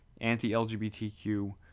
anti-LGBTQ